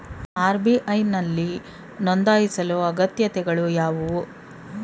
RBI ನಲ್ಲಿ ನೊಂದಾಯಿಸಲು ಅಗತ್ಯತೆಗಳು ಯಾವುವು?